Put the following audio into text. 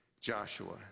joshua